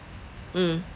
mm